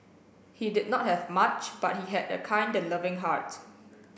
he did not have much but he had a kind and loving heart